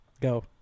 Go